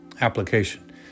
Application